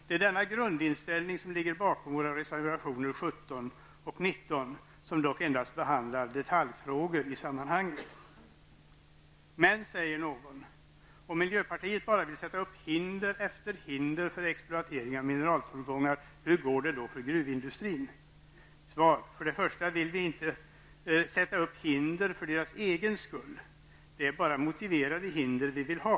Det är denna grundinställning som ligger bakom våra reservationer 17 och 19, som dock endast behandlar detaljfrågor i sammanhanget. Då kanske någon frågar sig: Om miljöpartiet bara vill ställa upp hinder efter hinder för exploatering av mineraltillgångar, hur går det då för gruvindustrin? Svaret är att vi inte vill ställa upp hinder för deras egen skull. Det är bara motiverade hinder vi vill ha.